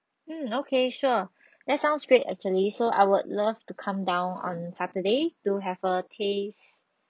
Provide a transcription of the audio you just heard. mm okay sure that sounds great actually so I would love to come down on saturday to have a taste